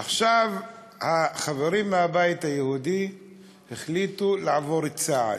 עכשיו, החברים מהבית היהודי החליטו להתקדם צעד: